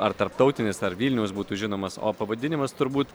ar tarptautinis ar vilniaus būtų žinomas o pavadinimas turbūt